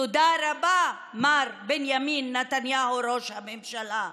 תודה רבה, מר בנימין נתניהו, ראש הממשלה.